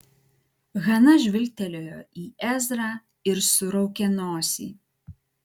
hana žvilgtelėjo į ezrą ir suraukė nosį